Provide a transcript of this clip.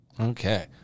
Okay